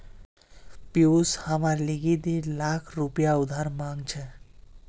पियूष हमार लीगी दी लाख रुपया उधार मांग छ